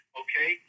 okay